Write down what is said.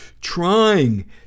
trying